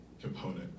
component